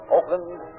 Oakland